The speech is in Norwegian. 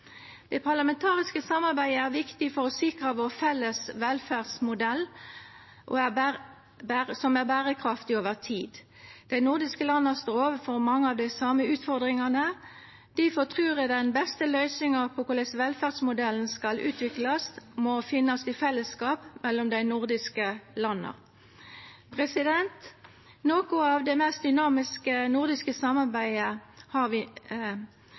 Det parlamentariske samarbeidet er viktig for å sikra at den felles velferdsmodellen vår er berekraftig over tid. Dei nordiske landa står overfor mange av dei same utfordringane. Difor trur eg den beste løysinga på korleis velferdsmodellen skal utviklast, må finnast i fellesskap mellom dei nordiske landa. Noko av det mest dynamiske nordiske samarbeidet vi har no, er innanfor forsvar, sikkerheit og beredskap. Eg meiner vi